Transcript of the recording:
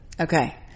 Okay